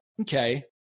okay